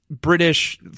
British